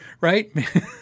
Right